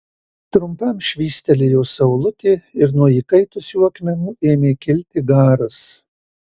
trumpam švystelėjo saulutė ir nuo įkaitusių akmenų ėmė kilti garas